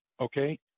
Okay